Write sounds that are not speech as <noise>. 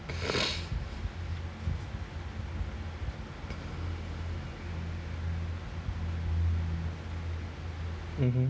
<noise> mmhmm